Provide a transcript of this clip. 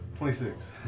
26